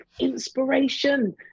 inspiration